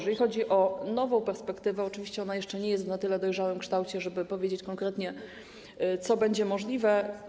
Jeżeli chodzi o nową perspektywę, to oczywiście ona jeszcze nie jest w na tyle dojrzałym kształcie, żeby powiedzieć konkretnie, co będzie możliwe.